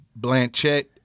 Blanchett